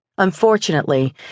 Unfortunately